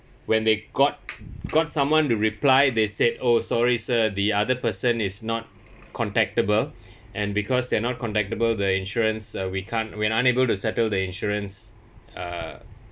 when they got got someone to reply they said oh sorry sir the other person is not contactable and because they're not contactable the insurance uh we can't we are unable to settle the insurance uh